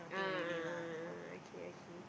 a'ah a'ah a'ah